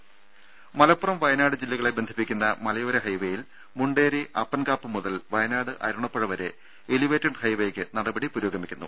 രുമ മലപ്പുറം വയനാട് ജില്ലകളെ ബന്ധിപ്പിക്കുന്ന മലയോര ഹൈവേയിൽ മുണ്ടേരി അപ്പൻകാപ്പ് മുതൽ വയനാട് അരുണപ്പുഴ വരെ എലിവേറ്റഡ് ഹൈവേയ്ക്ക് നടപടി പുരോഗമിക്കുന്നു